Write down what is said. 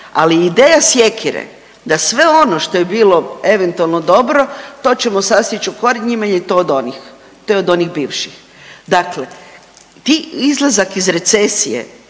Ali ideja sjekire da sve ono što je bilo eventualno dobro to ćemo sasjeći u korijenima jer je to od onih, to je od onih bivših. Dakle, ti izlazak iz recesije